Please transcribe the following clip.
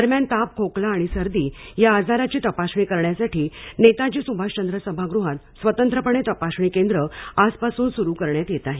दरम्यान ताप खोकला आणि सर्दी या आजाराची तपासणी करण्याासाठी नेताजी सुभाषचंद्र सभागृहात स्वतंत्रपणे तपासणी केंद्र आजपासून सुरू करण्यात येत आहे